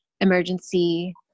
emergency